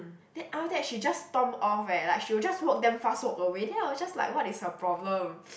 then after that she just storm off eh like she will just walk damn fast walk away then I was just like what is her problem